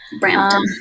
Brampton